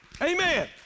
Amen